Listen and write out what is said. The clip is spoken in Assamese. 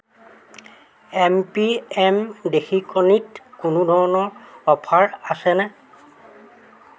এম পি এম দেশী কণীত কোনো ধৰণৰ অফাৰ আছেনে